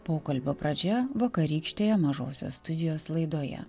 pokalbio pradžia vakarykštėje mažosios studijos laidoje